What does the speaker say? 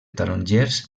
tarongers